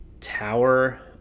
Tower